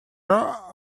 are